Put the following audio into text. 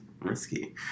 risky